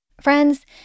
Friends